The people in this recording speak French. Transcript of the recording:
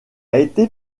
été